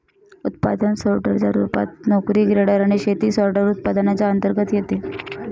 उत्पादन सोर्टर च्या रूपात, नोकरी ग्रेडर आणि शेती सॉर्टर, उत्पादनांच्या अंतर्गत येते